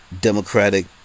Democratic